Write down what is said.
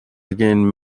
again